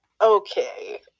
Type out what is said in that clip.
Okay